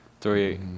three